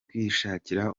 kwishakira